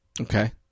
Okay